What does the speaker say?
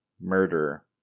murder